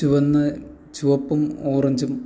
ചുവന്ന് ചുവപ്പും ഓറഞ്ചും